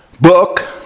book